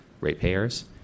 ratepayers